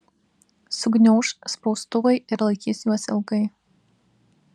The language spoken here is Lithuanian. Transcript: sugniauš spaustuvai ir laikys juos ilgai